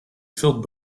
filled